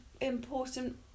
important